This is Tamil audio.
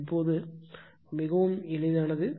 எனவே இப்போது மிகவும் எளிதானது